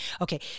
Okay